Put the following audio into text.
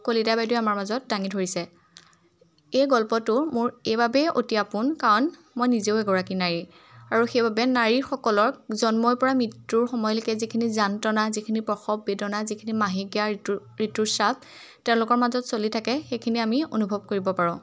কলিতা বাইদেৱে আমাৰ মাজত দাঙি ধৰিছে এই গল্পটো মোৰ এইবাবেই অতি আপোন কাৰণ মই নিজেও এগৰাকী নাৰী আৰু সেইবাবে নাৰীসকলক জন্মৰ পৰা মৃত্যুৰ সময়লৈকে যিখিনি যান্ত্ৰনা যিখিনি প্ৰসৱ বেদনা যিখিনি মাহেকীয়া ঋতু ঋতুস্ৰাৱ তেওঁলোকৰ মাজত চলি থাকে সেইখিনি আমি অনুভৱ কৰিব পাৰোঁ